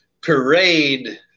parade